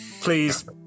please